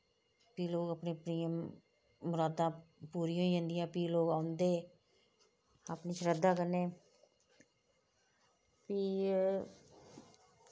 फ्ही लोग अपनी अपनी मरादां पूरियां होई जंदियां फ्ही लोग औंदे अपनी श्रद्धा कन्नै फ्ही